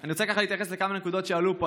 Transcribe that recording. אני רוצה להתייחס לכמה נקודות שעלו פה.